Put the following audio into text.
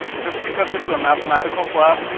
just because this is a mathematical class,